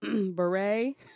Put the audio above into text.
beret